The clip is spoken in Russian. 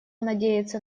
надеется